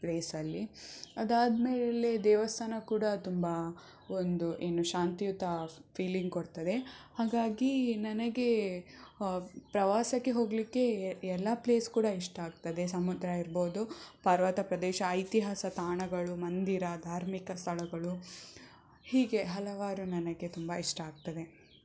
ಪ್ಲೇಸಲ್ಲಿ ಅದಾದ ಮೇಲೆ ದೇವಸ್ಥಾನ ಕೂಡ ತುಂಬ ಒಂದು ಏನು ಶಾಂತಿಯುತ ಫೀಲಿಂಗ್ ಕೊಡ್ತದೆ ಹಾಗಾಗಿ ನನಗೆ ಪ್ರವಾಸಕ್ಕೆ ಹೋಗಲಿಕ್ಕೆ ಎಲ್ಲ ಪ್ಲೇಸ್ ಕೂಡ ಇಷ್ಟ ಆಗ್ತದೆ ಸಮುದ್ರ ಇರ್ಬೋದು ಪರ್ವತ ಪ್ರದೇಶ ಐತಿಹಾಸ ತಾಣಗಳು ಮಂದಿರ ಧಾರ್ಮಿಕ ಸ್ಥಳಗಳು ಹೀಗೆ ಹಲವಾರು ನನಗೆ ತುಂಬ ಇಷ್ಟ ಆಗ್ತದೆ